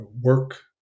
work